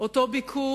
אותו ביקור,